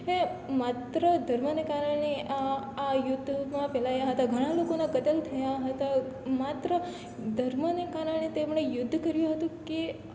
એ માત્ર ધર્મને કારણે આ યુદ્ધમાં પેલા ઘણા લોકોના કતલ થયા હતા માત્ર ધર્મને કારણે તેમણે યુદ્ધ કર્યું હતું કે